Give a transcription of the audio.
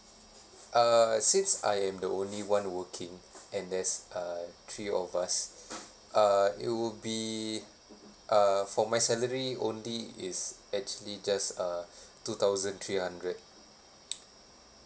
uh since I am the only one working and there's uh three of us uh it would be uh for my salary only it's actually just uh two thousand three hundred